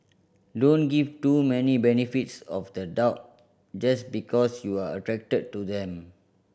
don't give too many benefits of the doubt just because you're attracted to them